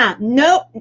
nope